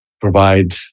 provide